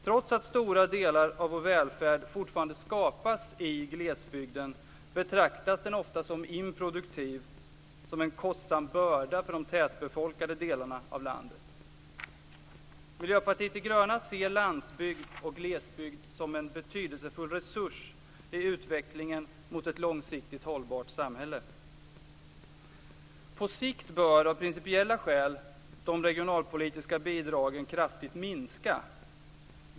Trots att stora delar av vår välfärd fortfarande skapas i glesbygden betraktas den ofta som improduktiv, som en kostsam börda för de tätbefolkade delarna av landet. Miljöpartiet de gröna ser landsbygd och glesbygd som en betydelsefull resurs i utvecklingen mot ett långsiktigt hållbart samhälle. På sikt bör, av principiella skäl, de regionalpolitiska bidragen kraftigt minska.